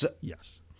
Yes